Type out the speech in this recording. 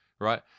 right